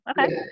okay